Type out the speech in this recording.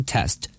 Test